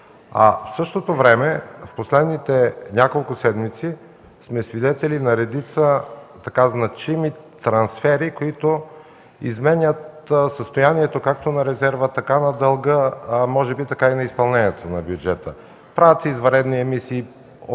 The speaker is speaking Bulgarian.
в същото време в последните няколко седмици сме свидетели на редица значими трансфери, които изменят състоянието както на резерва, така на дълга, а може би и на изпълнението на бюджета. Правят се извънредни емисии